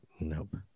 nope